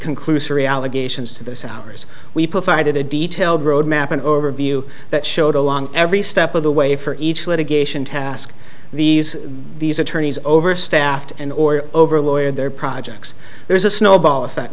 conclusory allegations to those hours we provided a detailed road map an overview that showed along every step of the way for each litigation task these these attorneys overstaffed and or over lawyer their projects there's a snowball effect